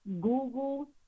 Google